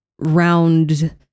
round